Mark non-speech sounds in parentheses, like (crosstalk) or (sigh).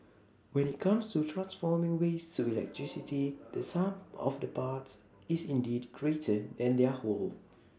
when IT comes to transforming waste to (noise) electricity the sum of the parts is indeed greater than their whole